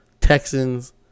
Texans